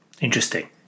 Interesting